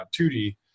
2D